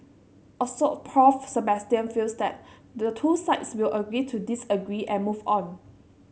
Assoc Prof Sebastian feels that the two sides will agree to disagree and move on